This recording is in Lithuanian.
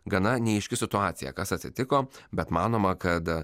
gana neaiški situacija kas atsitiko bet manoma kad